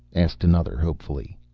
asked another hopefully.